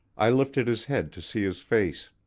i lifted his head to see his face.